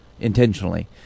intentionally